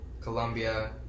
Colombia